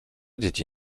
dzieci